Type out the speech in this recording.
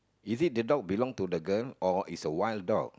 is it the dog belong to the girl or it's a wild dog